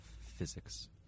physics